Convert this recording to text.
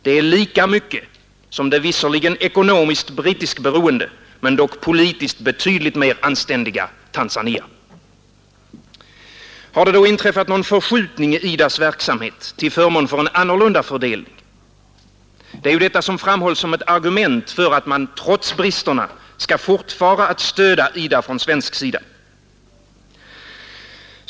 Det är lika mycket som det visserligen ekonomiskt brittiskberoende men dock politiskt betydligt mer anständiga Tanzania. Har det då inträffat någon förskjutning i IDA :s verksamhet till förmån för en annorlunda fördelning? Det är ju detta som framhålls som ett argument för att man trots bristerna skall fortsätta att stödja IDA från svensk sida.